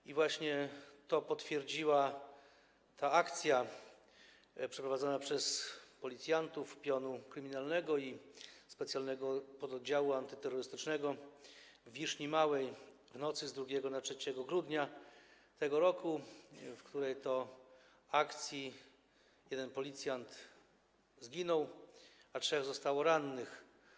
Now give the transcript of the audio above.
I właśnie to potwierdziła ta akcja przeprowadzona przez policjantów pionu kryminalnego i specjalnego pododdziału antyterrorystycznego w Wiszni Małej w nocy z 2 na 3 grudnia tego roku, w której to akcji jeden policjant zginął, a trzech zostało rannych.